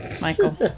Michael